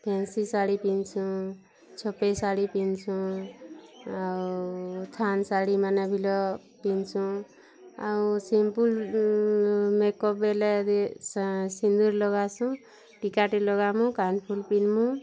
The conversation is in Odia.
ଫ୍ୟାନ୍ସୀ ଶାଢ଼ୀ ପିନ୍ଧ୍ସୁଁ ଛପେଇ ଶାଢ଼ୀ ପିନ୍ଧ୍ସୁଁ ଆଉ ଥାନ୍ ଶାଢ଼ୀମାନ ବିଲ ପିନ୍ଧ୍ସୁଁ ଆଉ ସିମ୍ପଲ୍ ମେକଅପ୍ ହେଲେ ସେ ସିନ୍ଦୂର୍ ଲଗାସୁଁ କି ଟିକା ଟି ଲଗାମୁଁ କାନ୍ ଫୁଲ୍ ପିନ୍ଧ୍ମୁଁ